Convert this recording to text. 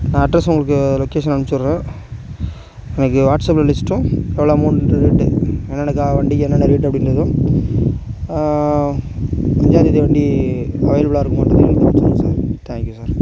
நான் அட்ரஸ் உங்களுக்கு லொக்கேஷன் அனுச்சிவுட்றேன் எனக்கு வாட்ஸ்அப்பில் லிஸ்ட்டும் எவ்வளோ அமௌண்ட்டு என்னென்ன கா வண்டிக்கு என்னென்ன ரேட் அப்படிங்கிறதும் அஞ்சாந்தேதி வண்டி அவைலபுளாக இருக்குமா தேங்க் யூ சார்